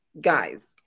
guys